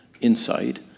insight